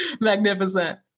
magnificent